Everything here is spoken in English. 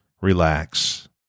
relax